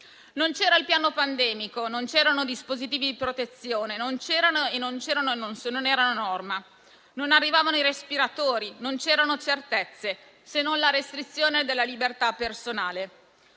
Non c'era il piano pandemico, non c'erano dispositivi di protezione e se c'erano non erano a norma, non arrivavano i respiratori, non c'erano certezze, se non la restrizione della libertà personale.